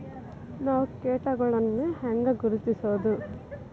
ನಾವ್ ಕೇಟಗೊಳ್ನ ಹ್ಯಾಂಗ್ ಗುರುತಿಸೋದು?